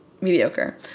mediocre